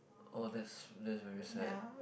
oh that's that's very sad